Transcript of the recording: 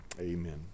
Amen